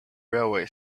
railway